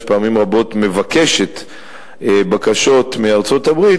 שפעמים רבות מבקשת בקשות מארצות-הברית,